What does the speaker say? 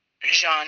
Jean